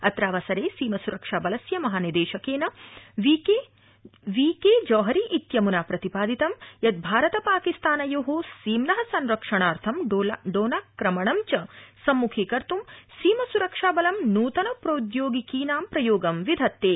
अत्रावसरे सीमासुरक्षाबलस्य महानिदेशकेन वी के जौहरी इत्यमुना प्रतिपादितं यत् भारत पाकिस्तानयो सीम्न संरक्षणार्थं ड्रोनाक्रमणं च सम्मुखीकर्त् सीम सुरक्षा बलं नूतन प्रौद्योगिकीनां प्रयोगं विधत्ते